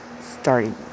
starting